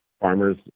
farmers